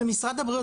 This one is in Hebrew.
אבל משרד הבריאות,